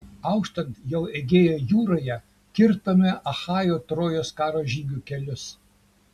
auštant jau egėjo jūroje kirtome achajų trojos karo žygių kelius